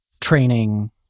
training